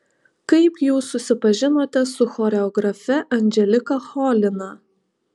kaip jūs susipažinote su choreografe anželika cholina